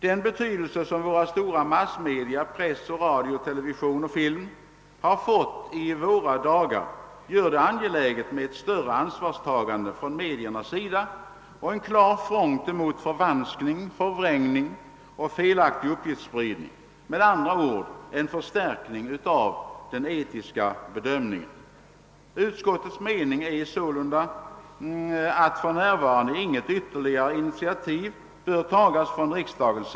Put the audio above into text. Den betydelse som de stora massmedia press, radio, television och film har fått i våra dagar gör det angeläget med ett större ansvarstagande från massmedias sida och en klar front mot förvanskning, förfalskning och felaktig uppgiftsspridning — med andra ord en förstärkning av den etiska bedömningen. Utskottets mening är således att för närvarande inget ytterligare initiativ bör tagas av riksdagen.